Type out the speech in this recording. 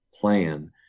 plan